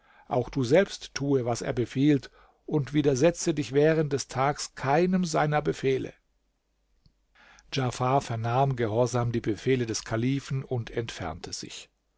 auch du selbst tue was er befiehlt und widersetzte dich während des tags keinem seiner befehle djafar vernahm gehorsam die befehle des kalifen und entfernte sich